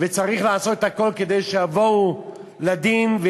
וצריך לעשות הכול כדי שהם יובאו לדין,